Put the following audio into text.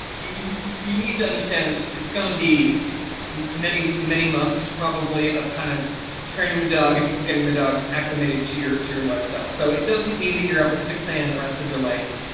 you need to understand that it's it's gonna be many many months probably of kind of training the dog and getting the dog acclimated to your to your lifestyle. so, it doesn't mean you're up at six am the rest of your life,